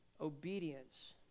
obedience